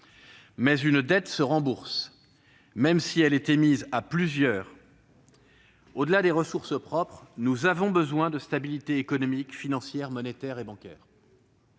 une dette doit être remboursée, même si elle est émise à plusieurs. Aussi, au-delà des ressources propres, nous avons besoin d'une stabilité économique, financière, monétaire et bancaire.